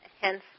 hence